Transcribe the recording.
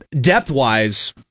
Depth-wise